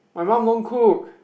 my mum don't cook